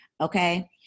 Okay